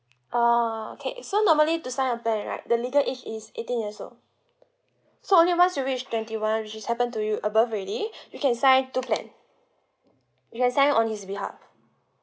oh okay so normally to sign a plan right the legal age is eighteen years old so only once you reach twenty one which is happen to you above already you can sign two plan you can sign on his behalf